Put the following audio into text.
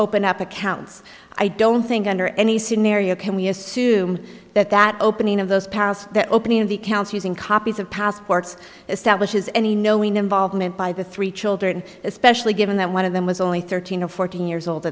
open up accounts i don't think under any scenario can we assume that that opening of those past the opening of the count's using copies of passports establishes any knowing involvement by the three children especially given that one of them was only thirteen or fourteen years old